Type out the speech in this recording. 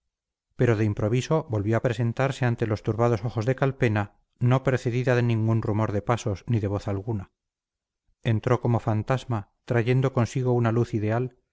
pero de improviso volvió a presentarse ante los turbados ojos de calpena no precedida de ningún rumor de pasos ni de voz alguna entró como fantasma trayendo consigo una luz ideal